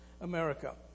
America